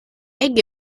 egg